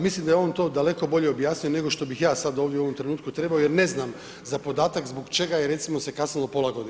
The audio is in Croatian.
Mislim da je on to daleko bolje objasnio nego što bih ja sad ovdje u ovom trenutku trebao jer ne znam za podatak zbog čega je recimo se kasnilo pola godine.